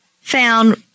found